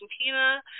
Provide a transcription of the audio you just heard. Argentina